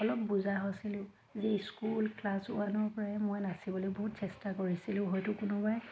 অলপ বুজা হৈছিলোঁ যে স্কুল ক্লাছ ওৱানৰ পৰাই মই নাচিবলৈ বহুত চেষ্টা কৰিছিলোঁ হয়টো কোনোবাই